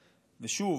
ושוב,